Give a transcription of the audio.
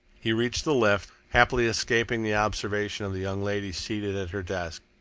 he reached the lift, happily escaping the observation of the young lady seated at her desk,